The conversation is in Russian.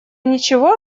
ничего